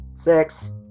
Six